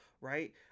right